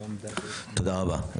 תודה רבה.